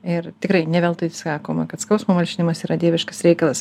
ir tikrai ne veltui sakoma kad skausmo malšinimas yra dieviškas reikalas